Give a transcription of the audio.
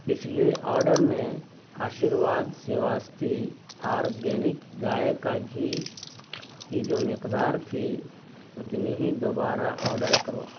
پچھلے آڈر میں آشرواد سواستی آرگینک گائے کا گھی کی جو مقدار تھی اتنی ہی دوبارہ آڈر کرو